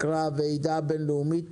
אחרי הוועידה הבין-לאומית,